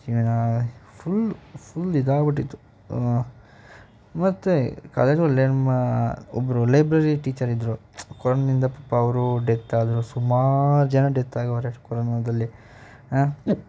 ಜೀವನ full full ಇದಾಗಿಬಿಟ್ಟಿತ್ತು ಮತ್ತೆ ಕಾಲೇಜಲ್ಲಿ ಎಮ್ಮಾ ಒಬ್ಬರು ಲೈಬ್ರರಿ ಟೀಚರಿದ್ರು ಕೊರೋನಾದಿಂದ ಪಾಪ ಅವರೂ ಡೆತ್ ಆದರು ಸುಮಾರು ಜನ ಡೆತ್ ಆಗವ್ರೆ ಕೊರೋನದಲ್ಲಿ